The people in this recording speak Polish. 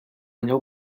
nią